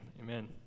amen